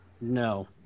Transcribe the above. no